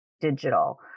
digital